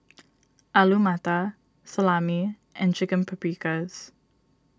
Alu Matar Salami and Chicken Paprikas